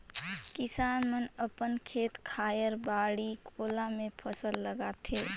किसान मन अपन खेत खायर, बाड़ी कोला मे फसल लगाथे